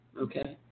Okay